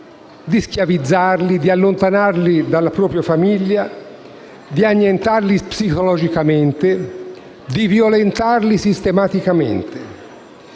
di schiavizzarli, di allontanarli dalla propria famiglia, di annientarli psicologicamente, di violentarli sistematicamente,